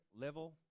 level